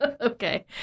Okay